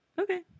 okay